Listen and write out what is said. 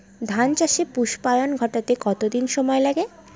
ধান চাষে পুস্পায়ন ঘটতে কতো দিন সময় লাগে?